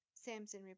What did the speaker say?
Samson